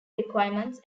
requirements